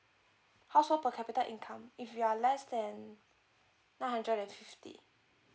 household per capita income if you are less than nine hundred and fifty